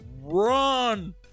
run